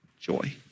Joy